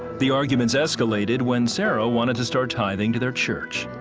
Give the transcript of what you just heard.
the arguments escalated when sarah wanted to start tithing to their church.